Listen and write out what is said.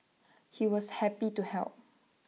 he was happy to help